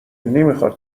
نمیخواد